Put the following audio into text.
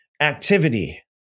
activity